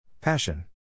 Passion